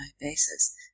basis